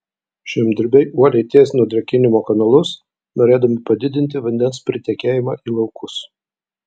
žemdirbiai uoliai tiesino drėkinimo kanalus norėdami padidinti vandens pritekėjimą į laukus